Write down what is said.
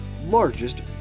largest